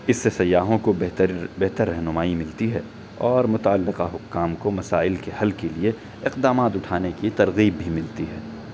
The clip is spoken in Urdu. اس سے سیاحوں کو بہتر بہتر رہنمائی ملتی ہے اور متعلقہ حکام کو مسائل کے حل کے لیے اقدامات اٹھانے کی ترغیب بھی ملتی ہے